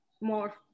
more